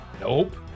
nope